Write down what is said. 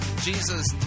Jesus